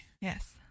Yes